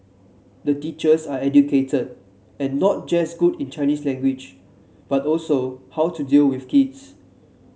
the teachers are educated and not just good in Chinese language but also know how to deal with kids